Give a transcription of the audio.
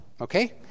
Okay